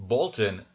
Bolton